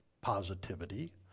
positivity